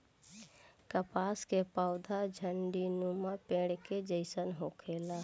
कपास के पौधा झण्डीनुमा पेड़ के जइसन होखेला